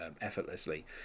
effortlessly